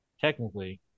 technically